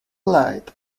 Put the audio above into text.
light